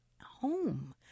home